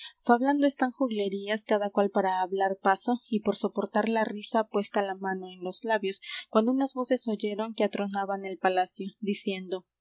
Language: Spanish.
fablando están juglerías cada cual para hablar paso y por soportar la risa puesta la mano en los labios cuando unas voces oyeron que atronaban el palacio diciendo